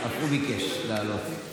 לאחר מכן, חבר הכנסת רון כץ אף הוא ביקש לעלות.